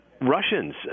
russians